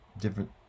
different